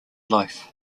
life